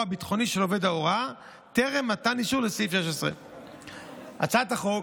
הביטחוני של עובד ההוראה טרם מתן אישור לסעיף 16. הצעת החוק,